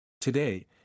Today